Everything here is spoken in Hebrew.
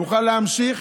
נוכל להמשיך